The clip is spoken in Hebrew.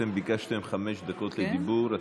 אתם ביקשתם חמש דקות לדיבור.